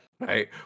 right